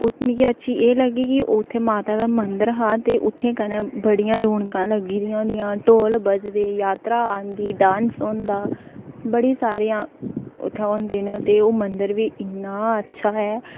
ओह् मिगी अच्छी एह् लग्गी की ओह् उत्थें माता दा मंदर हा ते उत्थें कन्नै रौनकां लग्गी दियां होंदियां ढोल बजदे जात्तरा आंदी डांस होंदा बड़ी सारियां उत्थै ओह् होंदे न ते ओह् मंदर बी इ'न्ना अच्छा ऐ